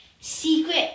secret